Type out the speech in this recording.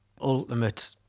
ultimate